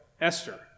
Esther